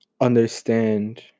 understand